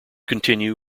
continue